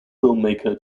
filmmaker